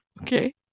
okay